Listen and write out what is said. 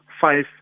five